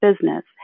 Business